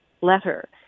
letter